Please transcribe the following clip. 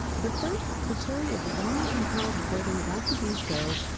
but first, the story of why and how the building got to be so,